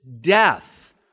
death